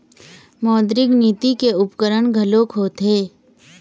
मौद्रिक नीति के उपकरन घलोक होथे